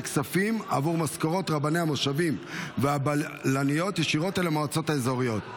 הכספים עבור משכורות רבני המושבים והבלניות ישירות אל המועצות האזוריות,